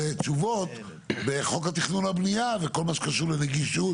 תשובות בסופו של דבר בחוק התכנון והבנייה בכל מה שקשור לנגישות,